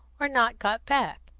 or not got back.